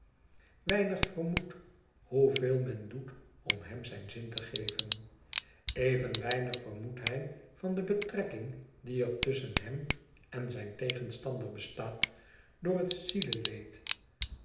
weinig vermoedt hoeveel men doet om hem zijn zin te geven even weinig vermoedt hij van de betrekking die er tusschen hem en zijn tegenstander bestaat door het